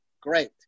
Great